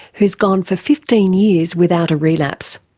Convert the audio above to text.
who has gone for fifteen years without a relapse.